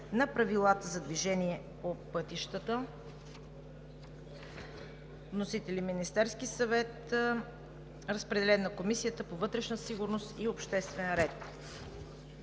на правилата за движение по пътищата.